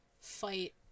fight